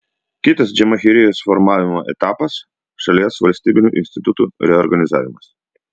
kitas džamahirijos formavimo etapas šalies valstybinių institutų reorganizavimas